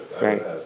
Right